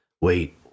wait